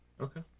Okay